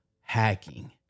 hacking